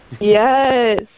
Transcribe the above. Yes